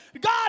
God